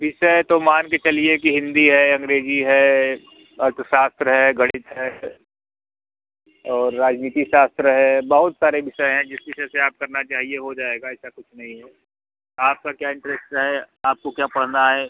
बिसय तो मान के चलिए कि हिंदी है अंग्रेज़ी है अर्थशास्त्र है गणित है और राजनीति सास्त्र है बहुत सारे विसय हैं जिस विषय से आप करना चाहिए हो जाएगा ऐसा कुछ नहीं है आपका क्या इंटरेस्ट रहे आपको क्या पढ़ना है